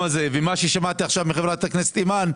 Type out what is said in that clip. שמעתי עכשיו מחברת הכנסת אימאן,